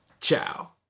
Ciao